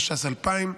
התש"ס 2000,